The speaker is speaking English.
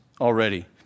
already